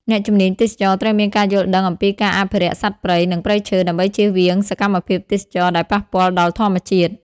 អ្នកជំនាញទេសចរណ៍ត្រូវមានការយល់ដឹងអំពីការអភិរក្សសត្វព្រៃ និងព្រៃឈើ ដើម្បីចៀសវាងសកម្មភាពទេសចរណ៍ដែលប៉ះពាល់ដល់ធម្មជាតិ។